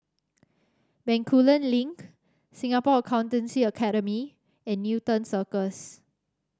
Bencoolen Link Singapore Accountancy Academy and Newton Cirus